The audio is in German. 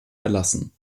erlassen